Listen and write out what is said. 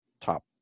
top